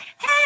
Hey